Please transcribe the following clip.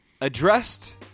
Addressed